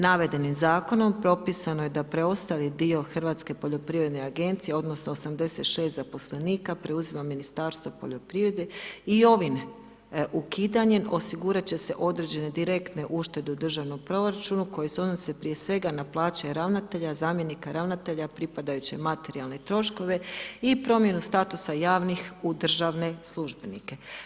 Navedenim Zakonom propisano je da preostali dio Hrvatske poljoprivredne agencije odnosno 86 zaposlenika preuzima Ministarstvo poljoprivrede i ovim ukidanjem osigurat će se određene direktne uštede u Državnom proračunu koje se odnose prije svega na plaće ravnatelja, zamjenika ravnatelja, pripadajuće materijalne troškove i promjenu statusa javnih u državne službenike.